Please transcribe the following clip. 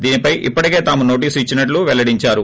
దీనిపై ఇప్పటికే తాను నోటీసు ఇచ్చినట్లు పెల్లడించారు